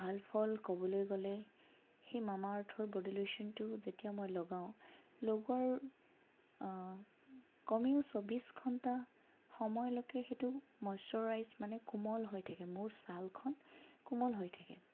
ভাল ফল ক'বলৈ গ'লে সেই মামা আৰ্থৰ বডী লোচনটো যেতিয়া মই লগাওঁ লগোৱাৰ কমেও চৌব্বিছ ঘণ্টা সময়লৈকে সেইটো মইশ্বৰাইজ মানে কোমল হৈ থাকে মোৰ ছালখন কোমল হৈ থাকে